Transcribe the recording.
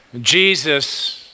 Jesus